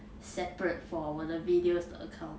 separate for 我的 videos 的 account